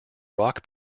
rock